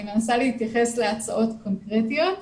אני מנסה להתייחס להצעות קונקרטיות.